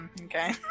Okay